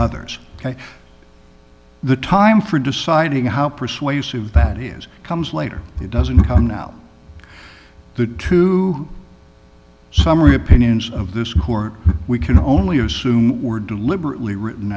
others ok the time for deciding how persuasive that is comes later it doesn't come now the two summary opinions of this court we can only assume were deliberately written